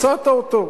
מצאת אותו.